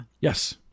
Yes